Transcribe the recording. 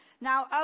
Now